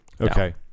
Okay